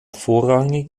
vorrangig